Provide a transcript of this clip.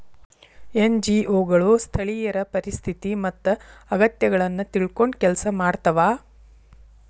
NGO ಗಳು ಸ್ಥಳೇಯರ ಪರಿಸ್ಥಿತಿ ಮತ್ತ ಅಗತ್ಯಗಳನ್ನ ತಿಳ್ಕೊಂಡ್ ಕೆಲ್ಸ ಮಾಡ್ತವಾ